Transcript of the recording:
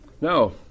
no